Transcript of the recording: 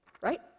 right